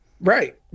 Right